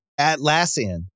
Atlassian